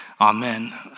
amen